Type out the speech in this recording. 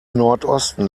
nordosten